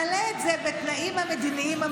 כשיבשילו התנאים המדיניים,